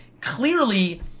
clearly